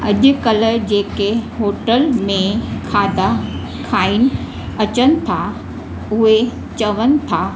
अॼु कल्ह जेके होटल्स में खाधा खाई अचनि था उहे चवनि था